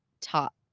top